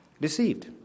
Deceived